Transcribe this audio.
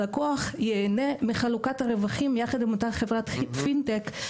הלקוח ייהנה מחלוקת הרווחים ביחד עם אותה חברת פינטק,